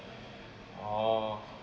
orh